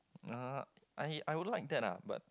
I I would like that lah but